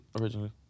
originally